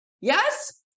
Yes